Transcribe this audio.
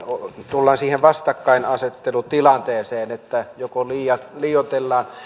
tullaan siihen vastakkainasettelutilanteeseen että joko liioitellaan